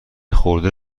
خورده